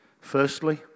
Firstly